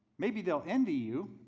maybe they'll envy you,